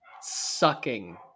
sucking